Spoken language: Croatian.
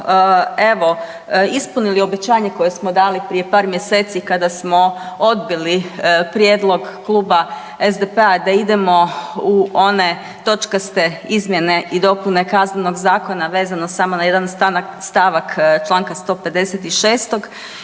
evo ispunili obećanje koje smo dali prije par mjeseci kada smo odbili prijedlog kluba SDP-a da idemo u one točkaste izmjene i dopune KZ-a vezano samo na jedan stavak čl. 156.